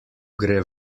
gre